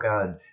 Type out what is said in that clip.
God